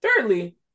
Thirdly